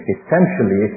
Essentially